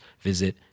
visit